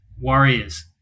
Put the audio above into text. Warriors